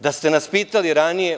Da ste nas pitali ranije,